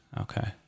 Okay